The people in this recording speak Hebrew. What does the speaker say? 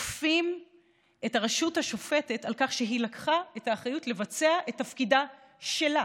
תוקפים את הרשות השופטת על כך שהיא לקחה את האחריות לבצע את תפקידה שלה